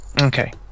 Okay